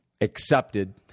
accepted